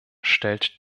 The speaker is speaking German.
stellt